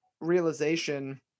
realization